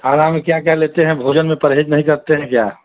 खाने में क्या क्या लेते हैं भोजन में परहेज़ नहीं करते हैं क्या